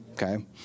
Okay